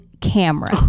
camera